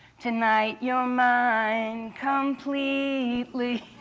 tonight you're mine completely.